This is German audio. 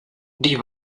die